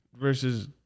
versus